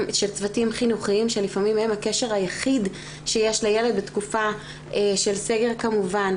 חינוכיים שלפעמים הם הקשר היחיד שיש לילד בתקופה של סגר כמובן,